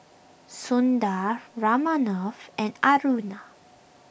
Sundar Ramnath and Aruna